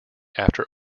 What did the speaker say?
after